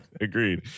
Agreed